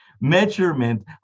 measurement